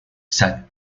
said